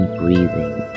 breathing